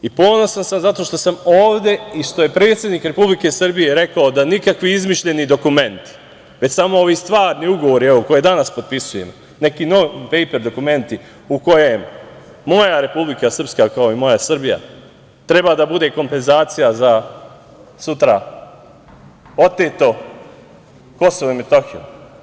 I ponosan sam zato što sam ovde i što je predsednik Republike Srbije rekao da nikakvi izmišljeni dokumenti, već samo ovi stvarni ugovori, evo, koje danas potpisujemo, neki non pejpr dokumenti u kojem moja Republika Srpska, kao i moja Srbija treba da bude kompenzacija za sutra oteto Kosovo i Metohiju.